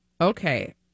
okay